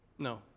no